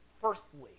Firstly